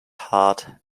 hard